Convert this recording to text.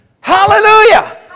Hallelujah